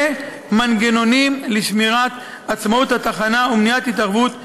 ועם מנגנונים לשמירת עצמאות התחנה ומניעת התערבות בתכניה.